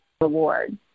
reward